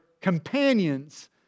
companions